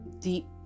deep